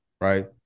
right